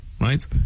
right